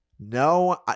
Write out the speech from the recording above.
No